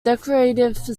decorative